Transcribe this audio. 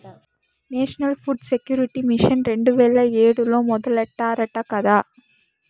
national food security mission రెండు వేల ఏడులో మొదలెట్టారట కదా